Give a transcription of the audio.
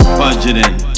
budgeting